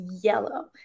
yellow